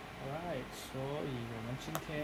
alright 所以我们今天